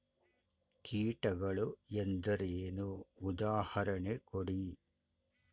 ಕೀಟಗಳು ಎಂದರೇನು? ಉದಾಹರಣೆ ಕೊಡಿ?